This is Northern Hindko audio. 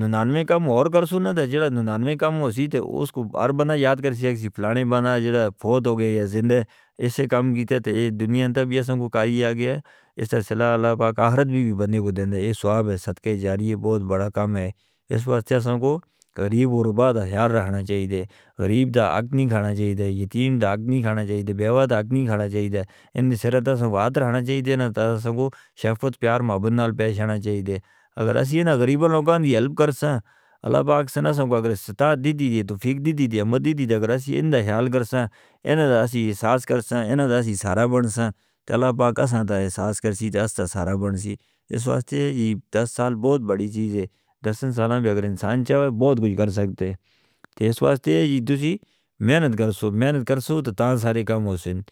نینانوے کم کرسوندا ہے، جیڑا نینانوے کم ہونسی، تے اوہ اس کو بار بندہ یاد کرسی ہے۔ کسی فلانے بندے جڑا فوت ہو گئے یا زندہ ہے، اسے کم کیتے تے یہ دنیا انتہ بھی اسان کو کائی آگیا ہے۔ اس سلسلے میں اللہ پاک آخرت بھی بندے کو دے دینے، یہ سواب ہے، صدقہ جاریہ بہت وڈا کم ہے۔ اس واسطے اسان کو قریب و ربہ دا خیال رہنا چاہیدے: غریب دا آگنی کھانا چاہیدے۔ یتیم دا آگنی کھانا چاہیدے۔ بیوہ دا آگنی کھانا چاہیدے۔ ان سرہ دا سان گفتگو رہنا چاہیدے۔ نا تا سان کو شفقت، پیار، محبت نال پہچانا چاہیدے۔ اگر اسی نا غریب لوگوں دی ہلپ کرساں، اللہ پاک سانہ سان کو اگر ستا دیتی دی ہے، توفیق دیتی دی ہے، حمد دیتی دی ہے۔ اگر اسی اندر خیال کرساں، اینہ دا اسی احساس کرساں، اینہ دا اسی سارا بندساں، اللہ پاک سانہ دا احساس کرسی، تاستہ سارا بندسی۔ اس واسطے یہ دس سال بہت وڈی چیز ہے۔ دس سالاں بھی اگر انسان چاہے، بہت کچھ کر سکتے۔ اس واسطے یہ تسی محنت کرسو، محنت کرسو، تتاں سارے کم ہو سن۔